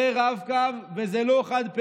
זה רב-קו, וזה לא חד-פעמי,